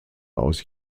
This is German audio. aus